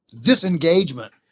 disengagement